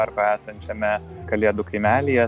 arkoj esančiame kalėdų kaimelyje